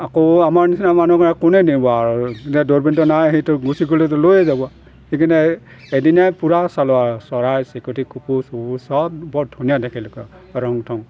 আকৌ আমাৰ নিচিনা মানুহক আৰু কোনে নিব আৰু এনে দূৰবিণটো নাই সেইটো গুচি গ'লেতো লৈয়ে যাব সেইকাৰণে এদিনাই পূৰা চালোঁ আৰু চৰাই চিৰিকটি কুকুৰ চুকুৰ চব বৰ ধুনীয়া দেখিলে ৰং চং